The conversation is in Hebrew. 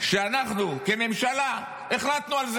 שאנחנו כממשלה החלטנו על זה,